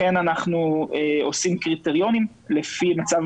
לכן אנחנו עושים קריטריונים לפי מצב